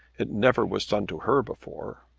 it never was done to her before.